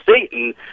Satan